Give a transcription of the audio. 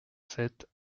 sept